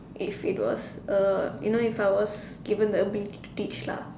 if it was uh you know if I was given the ability to teach lah